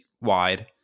wide